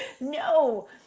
No